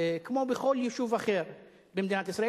כמו בכל יישוב אחר במדינת ישראל,